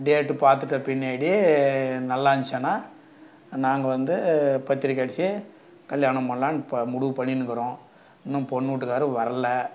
date பார்த்துட்ட பின்னாடி நல்லாந்துச்சினா நாங்கள் வந்து பத்திரிக்கை அடித்து கல்யாணம் பண்ணலான் இப்போ முடிவு பண்ணிணுங்கறோம் இன்னும் பொண்ணு வீட்டுக்காரு வரல